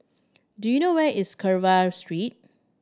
do you know where is Carver Street